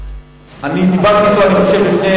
אני דיברתי אתו, אני חושב, לפני